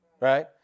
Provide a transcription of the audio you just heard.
Right